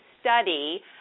study